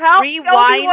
rewind